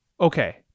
Okay